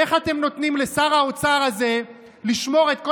איך אתם נותנים לשר האוצר הזה לשמור את כל